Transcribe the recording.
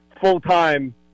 full-time